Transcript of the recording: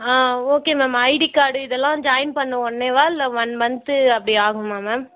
ஆ okay ma'am ID card இதெல்லாம் join பண்ணிண உடனவா இல்லை ஒன் மந்த் அப்படி ஆகுமாம் மேம்